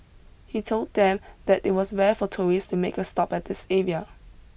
he told them that it was rare for tourists to make a stop at this area